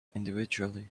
individually